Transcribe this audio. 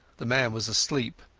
the man was asleep,